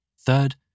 Third